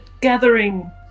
gathering